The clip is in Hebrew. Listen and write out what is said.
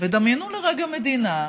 ודמיינו לרגע מדינה,